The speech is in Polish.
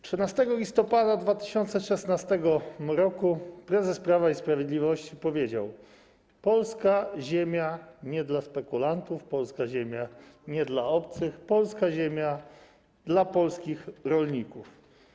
13 listopada 2016 r. prezes Prawa i Sprawiedliwości powiedział: Polska ziemia nie dla spekulantów, polska ziemia nie dla obcych, polska ziemia dla polskich rolników.